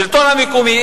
השלטון המקומי,